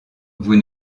vous